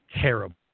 terrible